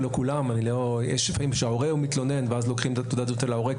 יש לפעמים שההורה הוא מתלונן ואז לוקחים את תעודת הזהות של ההורה,